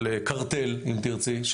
קרטל אם תרצי,